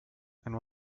and